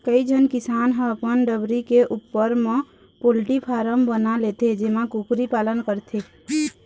कइझन किसान ह अपन डबरी के उप्पर म पोल्टी फारम बना लेथे जेमा कुकरी पालन करथे